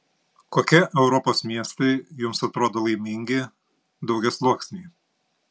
kokie europos miestai jums atrodo laimingi daugiasluoksniai